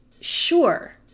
Sure